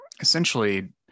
essentially